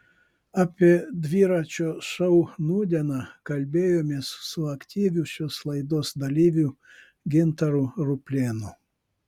apie dviračio šou nūdieną kalbėjomės su aktyviu šios laidos dalyviu gintaru ruplėnu